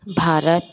Bharat